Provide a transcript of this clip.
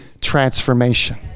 transformation